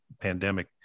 pandemic